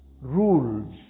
rules